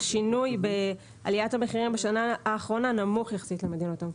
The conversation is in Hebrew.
השינוי בעליית המחירים בשנה האחרונה נמוך יחסית למדינות המפותחות.